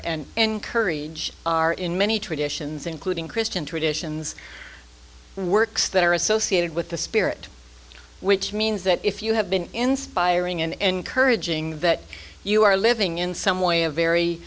and encourage are in many traditions including christian traditions works that are associated with the spirit which means that if you have been inspiring and encouraging that you are living in some way a very